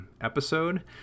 episode